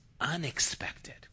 unexpected